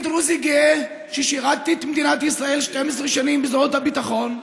כדרוזי גאה ששירת את מדינת ישראל 12 שנים בזרועות הביטחון,